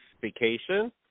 vacation